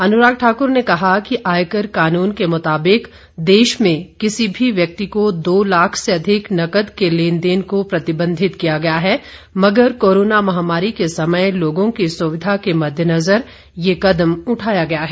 अनुराग ठाक्र ने कहा कि आयकर कानून के मुताबिक देश में किसी भी व्यक्ति को दो लाख से अधिक नकद के लेनदेन को प्रतिबंधित किया गया है मगर कोरोना महामारी के समय लोगों की सुविधा के मद्देनज़र यह कदम उठाया गया है